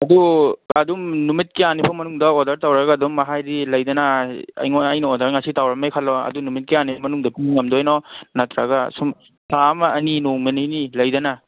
ꯑꯗꯨ ꯑꯗꯨꯝ ꯅꯨꯃꯤꯠ ꯀꯌꯥꯅꯤ ꯐꯥꯎ ꯃꯅꯨꯡꯗ ꯑꯣꯗꯔ ꯇꯧꯔꯒ ꯑꯗꯨꯝ ꯃꯍꯥꯏꯗꯤ ꯂꯩꯗꯅ ꯑꯩꯅ ꯑꯣꯗꯔ ꯉꯁꯤ ꯇꯧꯔꯝꯃꯦ ꯈꯜꯂꯣ ꯑꯗꯨ ꯅꯨꯃꯤꯠ ꯀꯌꯥꯅꯤ ꯃꯅꯨꯡꯗꯒꯨꯝꯕ ꯄꯤꯕ ꯉꯝꯗꯣꯏꯅꯣ ꯅꯠꯇ꯭ꯔꯒ ꯁꯨꯝ ꯊꯥ ꯑꯃ ꯑꯅꯤ ꯅꯣꯡꯃ ꯅꯤꯅꯤ ꯂꯩꯗꯅ